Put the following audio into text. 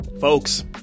Folks